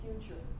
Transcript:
future